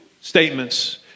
statements